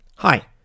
Hi